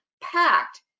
packed